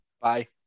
Bye